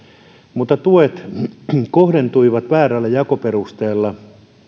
mutta tuet kohdentuivat väärällä jakoperusteella